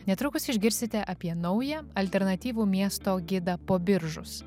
netrukus išgirsite apie naują alternatyvų miesto gidą po biržus